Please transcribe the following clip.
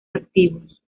activos